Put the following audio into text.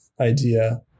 idea